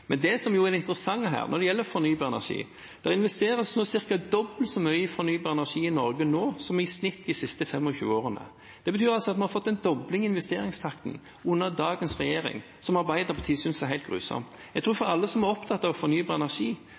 Men det som er det interessante her når det gjelder fornybar energi, er: Det investeres nå ca. dobbelt så mye i fornybar energi i Norge som snittet de siste 25 årene. Det betyr at vi har fått en dobling i investeringstakten under dagens regjering, som Arbeiderpartiet synes er helt grusomt. Jeg tror at alle som er opptatt av fornybar energi,